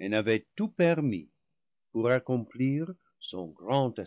et n'avait tout permis pour accomplir son grand